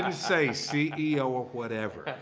ah say ceo or whatever.